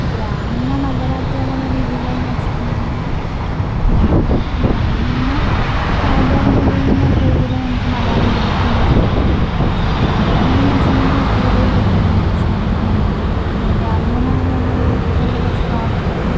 ഗ്രാമീണ നഗരധ്യാപന രീതികളെന്ന് വെച്ചിട്ടുണ്ടെങ്കില് ഗ്രാമീ ഗ്രാമീണ അധ്യാപന രീതികളിൽ കൂടുതലും നമുക്ക് മലയാളം മീഡിയം അങ്ങനത്തെ ഒക്കെ ആയിരിക്കും നഗരങ്ങളെന്ന് വെച്ചിട്ടുണ്ടെങ്കില് കൂടുതല് കുട്ടികളും ഇംഗ്ലീഷ് മീഡിയം അങ്ങനെ ഒക്കെ ആയിരിക്കും ഗ്രാമീണ മേഖലയിലെ കുട്ടികള് കുറച്ച് പാവപ്പെട്ടവരും